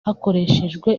hakoreshejwe